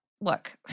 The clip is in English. look